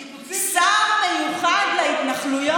הקיבוצים, שר מיוחד להתנחלויות?